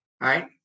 right